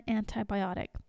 antibiotic